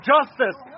Justice